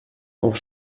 auf